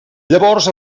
llavors